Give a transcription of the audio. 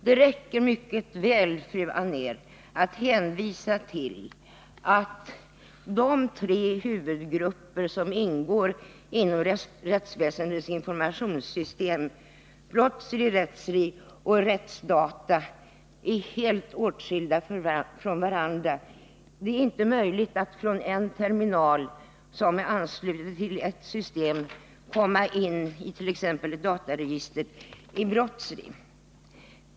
Det räcker mycket väl, fru Anér, att hänvisa till att de tre huvudgrupper som ingår i rättsväsendets informationssystem, BROTTSRI, PLANRI och RÄTTSDATA, är helt åtskilda från varandra. Det är inte möjligt att från en terminal som är ansluten till ett annat system komma in it.ex. dataregistret i BROTTSRI.